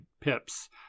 pips